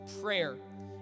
prayer